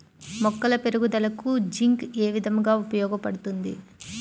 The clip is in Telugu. మొక్కల పెరుగుదలకు జింక్ ఏ విధముగా ఉపయోగపడుతుంది?